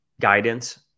guidance